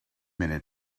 munud